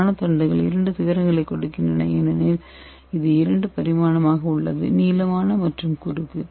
நானோ தண்டுகள் இரண்டு சிகரங்களைக் கொடுக்கின்றன ஏனெனில் இது இரண்டு பரிமாணங்களைக் கொண்டுள்ளது நீளமான மற்றும் குறுக்கு